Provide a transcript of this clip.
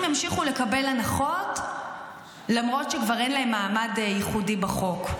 ימשיכו לקבל הנחות למרות שכבר אין להם מעמד ייחודי בחוק.